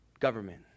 government